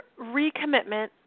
recommitment